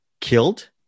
killed